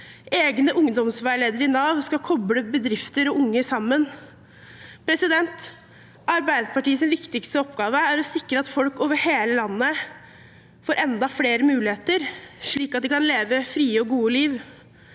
Egne ungdomsveiledere i Nav skal koble bedrifter og unge sammen. Arbeiderpartiets viktigste oppgave er å sikre at folk over hele landet får enda flere muligheter, slik at de kan leve et fritt og godt liv.